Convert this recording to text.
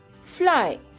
fly